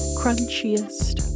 crunchiest